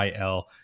IL